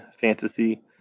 fantasy